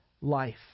life